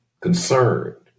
concerned